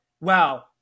wow